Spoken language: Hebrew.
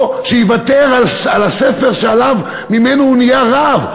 או שיוותר על הספר שממנו הוא נהיה רב.